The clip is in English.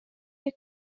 you